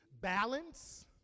balance